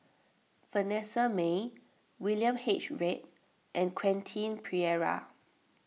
Vanessa Mae William H Read and Quentin Pereira